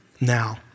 now